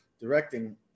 directing